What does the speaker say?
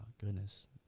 goodness